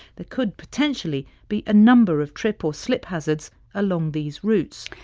they could potentially be a number of trip or slip hazards along these routes.